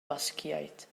basgiaid